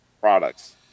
products